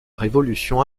révolution